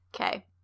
Okay